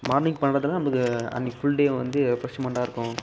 morning பண்ணுறது நமக்கு அன்றைக்கி ஃபுல் டேவும் வந்து ரெஃப்ரெஸ்மெண்டாக இருக்கும்